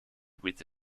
with